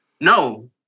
No